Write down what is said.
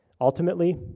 Ultimately